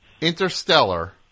interstellar